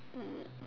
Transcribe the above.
um